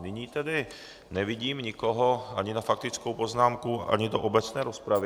Nyní tedy nevidím nikoho ani na faktickou poznámku, ani do obecné rozpravy.